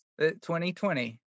2020